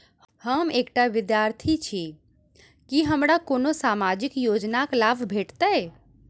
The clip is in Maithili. हम एकटा विद्यार्थी छी, की हमरा कोनो सामाजिक योजनाक लाभ भेटतय?